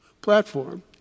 platform